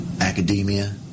Academia